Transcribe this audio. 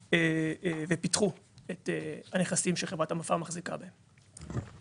ופיתחו את הנכסים שחברת מפא"ר מחזיקה בהם.